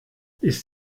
ist